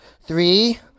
Three